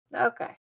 Okay